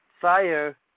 fire